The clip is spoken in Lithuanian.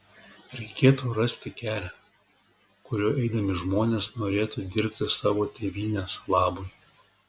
reikėtų rasti kelią kuriuo eidami žmonės norėtų dirbti savo tėvynės labui